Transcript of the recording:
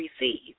receive